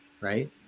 right